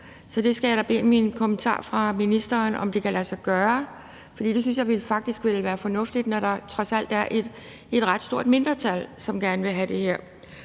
Så jeg skal da bede om en kommentar fra ministeren til, om det kan lade sig gøre, for det synes jeg faktisk ville være fornuftigt, når der trods alt er et ret stort mindretal, som gerne vil have det.